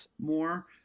more